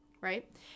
right